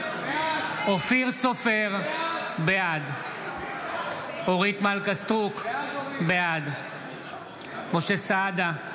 סופר, בעד אורית מלכה סטרוק, בעד משה סעדה,